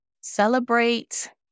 Celebrate